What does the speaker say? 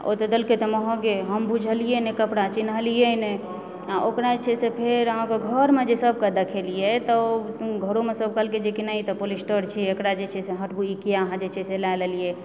ओ तऽ देलकै तऽ महऽगे हम बुझलियै नहि कपड़ा चिन्हलीऐ नहि ओकरा जे छै से फेर अहाँकेँ घरमे जे सबकेँ देखेलियै तऽ घरोमे सब कहलकै जे नहि ई तऽ पोलिस्टर छै एकरा जे छै से हटबु ई किया अहाँ जे छै से लए लेलियै